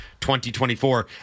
2024